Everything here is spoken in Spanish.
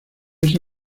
esa